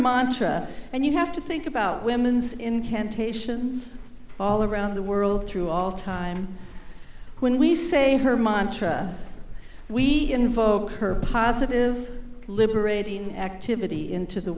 mantra and you have to think about womens incantations all around the world through all time when we say her mantra we invoke her positive liberating activity into the